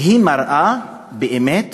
היא מראה באמת